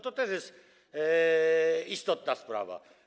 To też jest istotna sprawa.